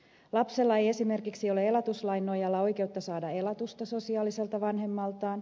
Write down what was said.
lapsella ei esimerkiksi ole elatuslain nojalla oikeutta saada elatusta sosiaaliselta vanhemmaltaan